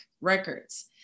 Records